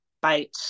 bite